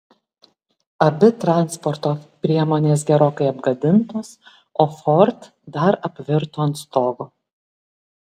abi transporto priemonės gerokai apgadintos o ford dar apvirto ant stogo